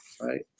right